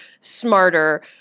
smarter